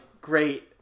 Great